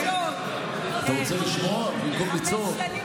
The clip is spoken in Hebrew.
אתה רוצה לשמוע במקום לצעוק?